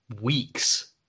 weeks